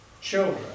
children